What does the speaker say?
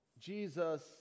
Jesus